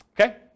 Okay